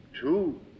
Two